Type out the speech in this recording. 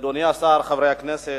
אדוני השר, חברי הכנסת,